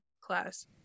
class